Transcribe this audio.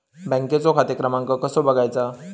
बँकेचो खाते क्रमांक कसो बगायचो?